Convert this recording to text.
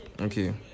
okay